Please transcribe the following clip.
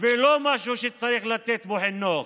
ולא משהו שצריך לתת בו חינוך.